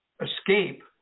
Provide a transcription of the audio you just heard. escape